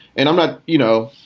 and i'm not you know,